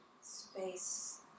space